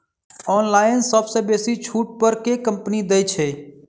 Online सबसँ बेसी छुट पर केँ कंपनी दइ छै?